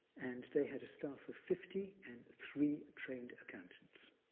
and they had a staff of fifty and three trained accountants,